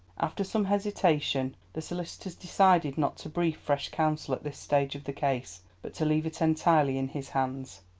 after some hesitation the solicitors decided not to brief fresh counsel at this stage of the case, but to leave it entirely in his hands.